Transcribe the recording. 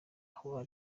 aho